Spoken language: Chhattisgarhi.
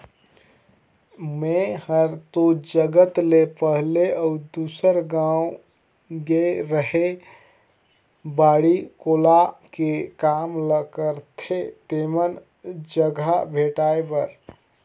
मेंए हर तोर जगह ले पहले अउ दूसर गाँव गेए रेहैं बाड़ी कोला के काम ल करथे तेमन जघा भेंटाय बर